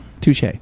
Touche